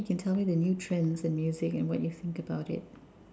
okay you can tell me the new trends and music and what you think about it